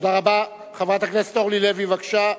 תודה רבה, חברת הכנסת אורלי לוי, בבקשה.